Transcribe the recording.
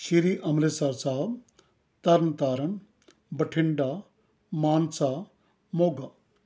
Sri Amritsar Sahib Tarn Taran Bathinda Mansa Moga